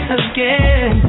again